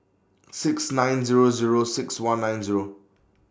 six nine Zero Zero six one nine Zero